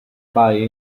pie